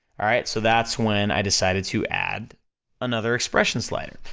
alright? so that's when i decided to add another expression slider.